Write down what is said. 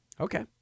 Okay